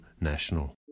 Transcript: National